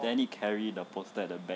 then need carry the poster at the back